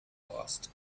post